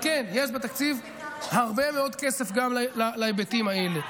כן, יש בתקציב הרבה מאוד כסף גם להיבטים האלה.